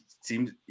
seems